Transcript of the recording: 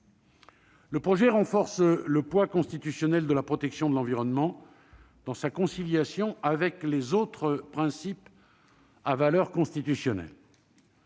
le projet renforce le poids constitutionnel de la protection de l'environnement dans sa conciliation avec les autres principes à valeur constitutionnelle.